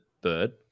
bird